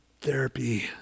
Therapy